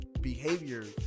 behaviors